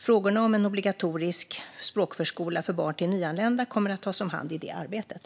Frågorna om en obligatorisk språkförskola för barn till nyanlända kommer att tas om hand i det arbetet.